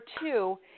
two